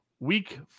Week